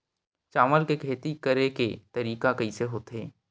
चावल के खेती करेके तरीका कइसे होथे?